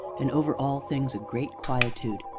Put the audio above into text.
and over all things a great quietude,